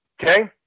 Okay